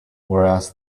whereas